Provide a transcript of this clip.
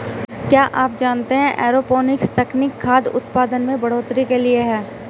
क्या आप जानते है एरोपोनिक्स तकनीक खाद्य उतपादन में बढ़ोतरी के लिए है?